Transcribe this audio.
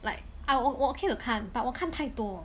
like 我 okay to 看 but 我看太多